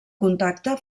contacte